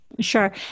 Sure